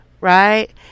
Right